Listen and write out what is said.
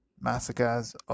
massacres